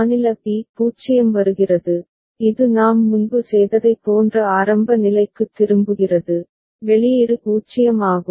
மாநில b 0 வருகிறது இது நாம் முன்பு செய்ததைப் போன்ற ஆரம்ப நிலைக்குத் திரும்புகிறது வெளியீடு 0 ஆகும்